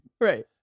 Right